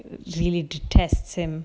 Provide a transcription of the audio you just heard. you really detests him